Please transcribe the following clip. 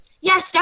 Yes